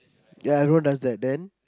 ya who does that then